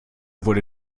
wurde